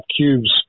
cubes